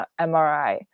MRI